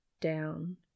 down